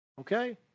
Okay